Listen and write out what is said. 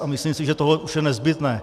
A myslím si, že tohle už je nezbytné.